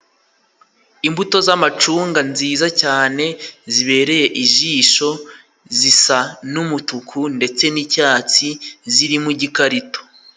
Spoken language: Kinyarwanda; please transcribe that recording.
Imbuto z'amacunga nziza cyane, zibereye ijisho zisa n'umutuku ,ndetse n'icyatsi zirimo igikarito.